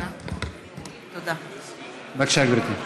בבקשה, גברתי.